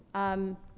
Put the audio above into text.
um.